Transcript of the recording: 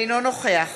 אינו נוכח